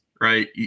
right